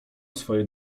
swoje